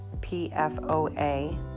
PFOA